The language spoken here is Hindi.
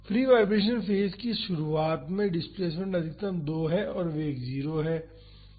फ्री वाईब्रेशन फेज की शुरुआत में डिस्प्लेस्मेंट अधिकतम 2 है और वेग 0 है